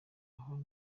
ngo